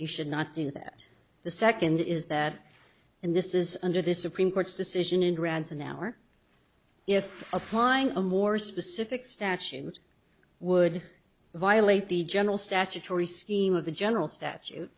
you should not do that the second is that and this is under this supreme court's decision in branson hour if applying a more specific statute would violate the general statutory scheme of the general statute